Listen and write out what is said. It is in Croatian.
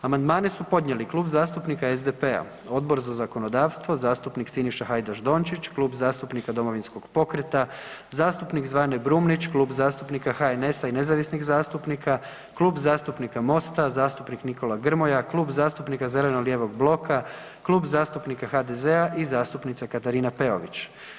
Amandmane su podnijeli Klub zastupnika SDP-a, Odbor za zakonodavstvo, zastupnik Siniša Hajdaš Dončić, Klub zastupnika Domovinskog pokreta, zastupnik Zvane Brumnić, Klub zastupnika HNS-a i nezavisnih zastupnika, Klub zastupnika MOST-a, zastupnik Nikola Grmoja, Klub zastupnika zeleno-lijevog bloka, Klub zastupnika HDZ-a i zastupnica Katarina Peović.